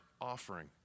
offering